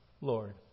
Lord